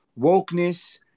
wokeness